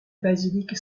basilique